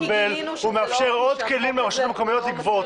הוא מאפשר עוד כלים לרשויות מקומיות לגבות.